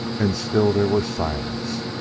and still there was silence.